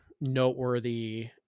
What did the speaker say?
noteworthy